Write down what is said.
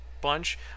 bunch